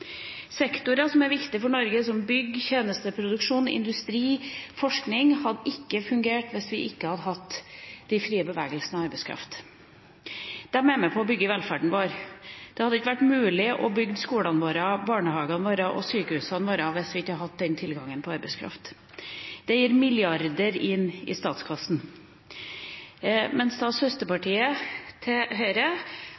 Sektorer som er viktig for Norge, som bygg, tjenesteproduksjon, industri og forskning, hadde ikke fungert hvis vi ikke hadde hatt den frie bevegelsen av arbeidskraft. Den er med på å bygge velferden vår. Det hadde ikke vært mulig å bygge skolene våre, barnehagene våre og sykehusene våre hvis vi ikke hadde hatt den tilgangen på arbeidskraft. Det gir milliarder inn i statskassen. Søsterpartiet til Høyre